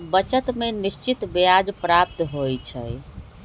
बचत में निश्चित ब्याज प्राप्त होइ छइ